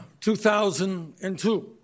2002